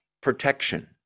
protection